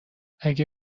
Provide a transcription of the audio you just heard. اگر